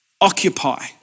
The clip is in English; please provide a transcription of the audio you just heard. occupy